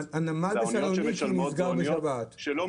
הנמל בסלוניקי נסגר בשבת.